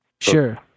Sure